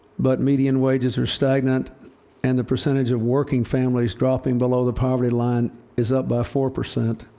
but median wages are stagnant and the percentage of working families dropping below the poverty line is up by four percent.